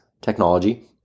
technology